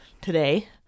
today